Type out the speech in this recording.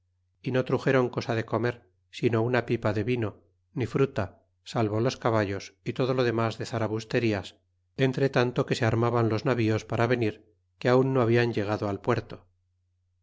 y no truxéron cosa de comer sino una pipa de vino ni fruta salvo los caballos y todo lo dernas de zarabusterias entretanto que se armaban los navíos para venir que aun no hablan llegado al puerto